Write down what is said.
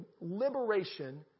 liberation